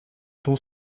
dont